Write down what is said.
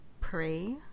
pray